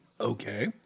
Okay